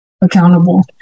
accountable